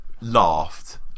laughed